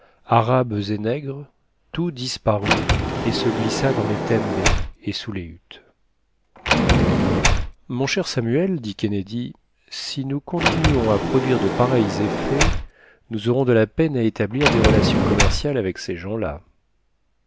arabes et nègres tout disparut et se glissa dans les tembés et sous les huttes mon cher samuel dit kennedy si nous continuons à produire de pareils effets nous aurons de la peine à établir des relations commerciales avec ces gens-là